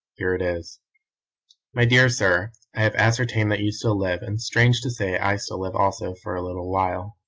here it is my dear sir i have ascertained that you still live, and strange to say i still live also for a little while.